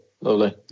Lovely